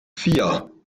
vier